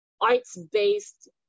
arts-based